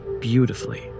beautifully